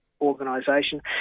organisation